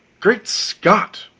great scott!